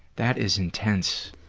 that is intense.